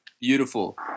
Beautiful